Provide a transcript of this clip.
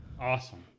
awesome